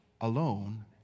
alone